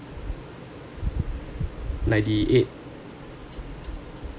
ninety eight